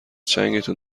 چنگتون